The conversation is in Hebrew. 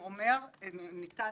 הכנסת והבחירות,